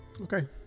okay